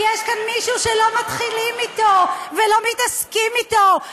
כי יש כאן מישהו שלא מתחילים אתו ולא מתעסקים אתו,